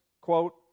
quote